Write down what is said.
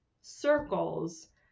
circles